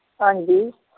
हां जी